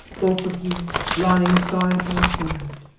both of you lying side by side,